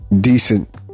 decent